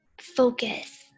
focus